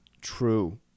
true